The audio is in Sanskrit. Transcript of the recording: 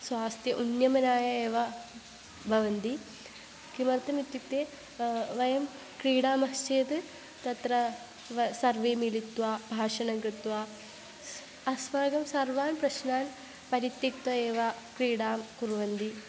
स्वास्थ्य उन्नयनाय एव भवन्ति किमर्थम् इत्युक्ते वयं क्रीडामश्चेत् तत्र व सर्वे मिलित्वा भाषणं कृत्वा स् अस्माकं सर्वान् प्रश्नान् परित्यक्त्वा एव क्रीडां कुर्वन्ति